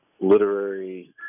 literary